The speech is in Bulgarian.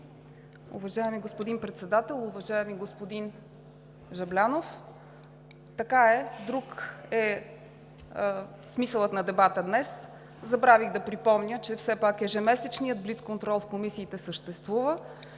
Уважаеми господин Председател! Уважаеми господин Жаблянов, така е, друг е смисълът на дебата днес. Забравих да припомня, че все пак ежемесечният блицконтрол в комисиите съществува